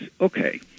Okay